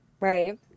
Right